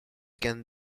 can